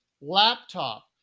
laptop